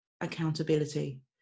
accountability